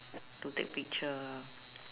to take picture